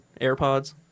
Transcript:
AirPods